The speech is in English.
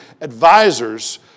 advisors